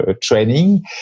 training